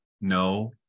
no